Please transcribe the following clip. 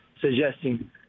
suggesting